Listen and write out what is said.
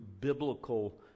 biblical